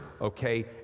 Okay